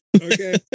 Okay